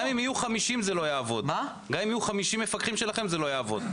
גם אם יהיו 50 מפקחים שלכם זה לא יעבוד.